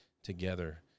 together